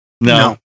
No